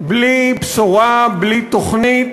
בלי בשורה, בלי תוכנית,